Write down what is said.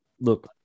look